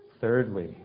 Thirdly